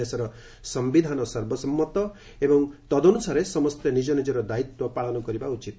ଦେଶର ସୟିଧାନ ସର୍ବସମ୍ମତ ଏବଂ ତଦନୁସାରେ ସମସ୍ତେ ନିଜନିଜର ଦାୟିତ୍ୱ ପାଳନ କରିବା ଉଚିତ୍